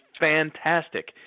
fantastic